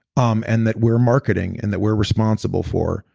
um and that we're marketing and that we're responsible for,